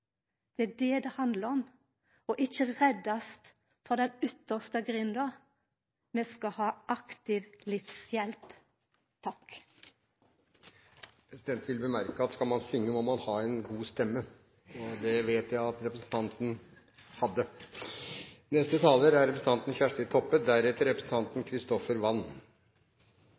Det er det det handlar om: å «ikkje reddast frå den ytterste grindå». Vi skal ha aktiv livshjelp. Presidenten vil bemerke at skal man synge, må man ha en god stemme – det vet vi nå at representanten